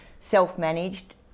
self-managed